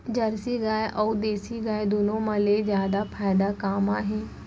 Jersey गाय अऊ देसी गाय दूनो मा ले जादा फायदा का मा हे?